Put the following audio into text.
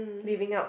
living out